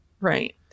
right